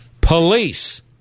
police